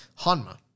Hanma